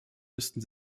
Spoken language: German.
müssten